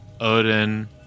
Odin